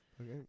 Okay